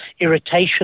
irritation